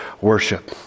worship